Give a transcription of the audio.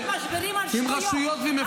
כי ככה, כי אתם יודעים לעשות משברים רק על שטויות.